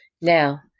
Now